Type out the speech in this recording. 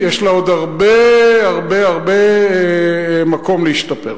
יש לה עוד הרבה הרבה הרבה מקום להשתפר.